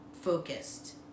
focused